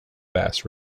bass